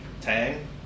Tang